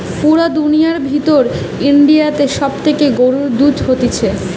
পুরা দুনিয়ার ভিতর ইন্ডিয়াতে সব থেকে গরুর দুধ হতিছে